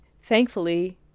Thankfully